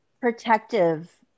protective